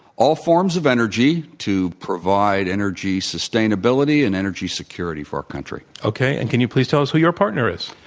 all forms of energy to provide energy sustainability and energy security for our country. okay. and can you please tell us who your partner is?